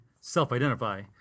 self-identify